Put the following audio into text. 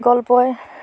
গল্পই